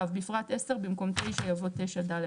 (ו) בפרט (10), במקום "(9)" יבוא (9ד).